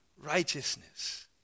righteousness